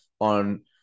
on